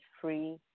free